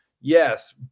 Yes